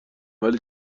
ولی